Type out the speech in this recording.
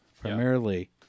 Primarily